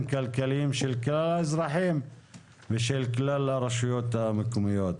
כלכליים של כל האזרחים ושל כלל הרשויות המקומיות.